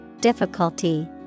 difficulty